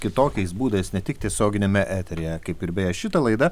kitokiais būdais ne tik tiesioginiame eteryje kaip ir beje šitą laidą